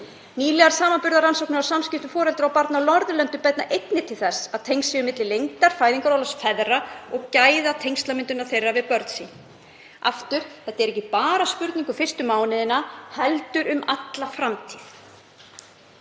Nýlegar samanburðarrannsóknir á samskiptum foreldra og barna á Norðurlöndunum benda einnig til þess að tengsl séu milli lengdar fæðingarorlofs feðra og gæða tengslamyndunar þeirra við börn sín.“ Aftur: Þetta er ekki bara spurning um fyrstu mánuðina heldur um alla framtíð.